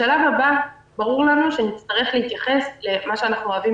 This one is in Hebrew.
בשלב הבא ברור לנו שנצטרך להתייחס אל מה שאנחנו אוהבים